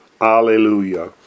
hallelujah